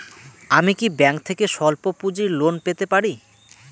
আমি কি ব্যাংক থেকে স্বল্প পুঁজির লোন পেতে পারি?